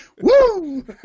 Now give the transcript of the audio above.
Woo